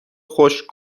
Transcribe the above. خشک